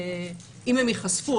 אם הם יחשפו,